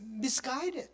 misguided